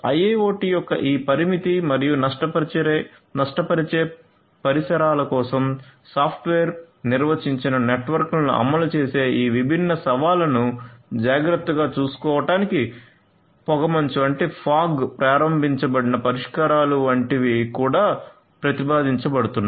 IIoT యొక్క ఈ పరిమితి మరియు నష్టపరిచే పరిసరాల కోసం సాఫ్ట్వేర్ నిర్వచించిన నెట్వర్క్లను అమలు చేసే ఈ విభిన్న సవాళ్లను జాగ్రత్తగా చూసుకోవటానికి పొగమంచు ప్రారంభించబడిన పరిష్కారాలు వంటివి కూడా ప్రతిపాదించబడుతున్నాయి